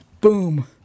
Boom